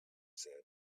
said